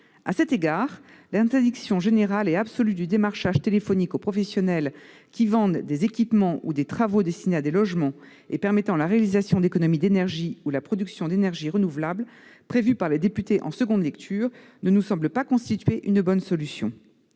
À cet égard, l'interdiction générale et absolue du démarchage téléphonique aux professionnels qui vendent des équipements ou des travaux destinés à des logements et permettant la réalisation d'économies d'énergie ou la production d'énergie renouvelable, prévue par les députés en seconde lecture, ne nous semble pas constituer une bonne solution.